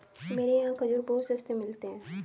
मेरे यहाँ खजूर बहुत सस्ते मिलते हैं